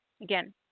again